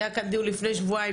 היה כאן דיון לפני שבועיים,